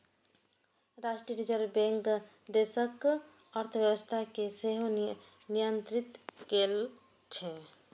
भारतीय reserve bank देशक अर्थव्यवस्था कें सेहो नियंत्रित करै छै